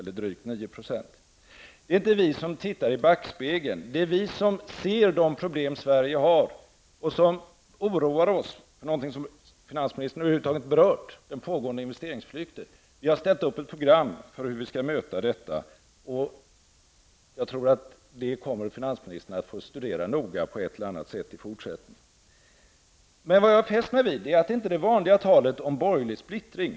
Det är inte vi som tittar i backspegeln. Vi ser de problem Sverige har. Vi oroar oss för någonting finansministern inte har berört, nämligen den pågående investeringsflykten. Vi har ställt upp ett program för hur vi skall möta detta. Jag tror att finansministern nog kommer att få studera detta program noga på ett eller annat sätt i fortsättningen. Jag fäster mig vid att vi inte fick höra det vanliga talet om borgerlig splittring.